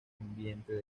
ambiente